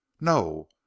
no